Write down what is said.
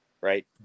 Right